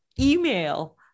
email